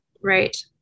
Right